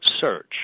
search